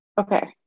Okay